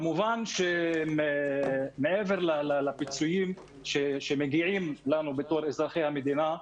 כמובן שמעבר לפיצויים שמגיעים לנו בתור אזרחי המדינה,